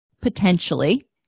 potentially